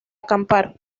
acampar